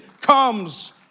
comes